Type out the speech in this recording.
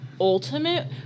Ultimate